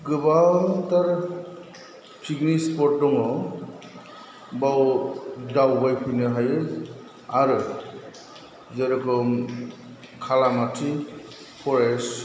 गोबांथार फिकनिक सिफथ दङ बाव दावबाय फैनो हायो आरो जेर'खम खालामाथि फरेसथ